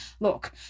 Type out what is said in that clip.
look